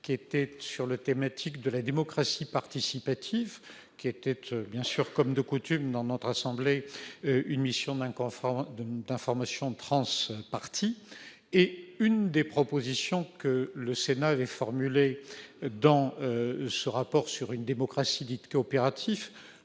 qui était sur le thématique de la démocratie participative, qui était, bien sûr, comme de coutume dans notre assemblée, une mission d'un coffre de d'information de France et une des propositions que le Sénat avait formulées dans ce rapport, sur une démocratie coopératif